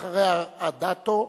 אחריה, אדטו,